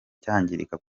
cyangirika